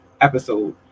episode